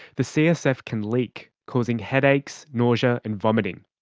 the csf can leak, causing headaches, nausea and vomiting.